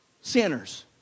sinners